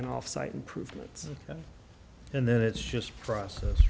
and off site improvements and then it's just process